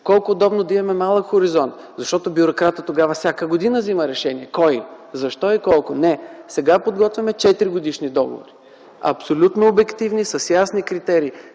Колко е удобно да имаме малък хоризонт, защото бюрократът тогава всяка година взема решения кой, защо и колко. Не, сега подготвяме четиригодишни договори. Абсолютно обективни с ясни критерии.